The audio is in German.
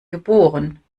geboren